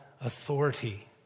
authority